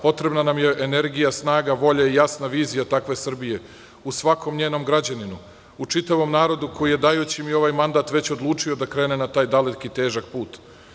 Potrebna nam je energija, snaga, volja i jasna vizija takve Srbije u svakom njenom građaninu, u čitavom narodu koji je, dajući mi ovaj mandat, već odlučio da krene na taj dalek i težak put.